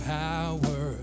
power